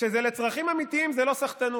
כשזה לצרכים אמיתיים זה לא סחטנות.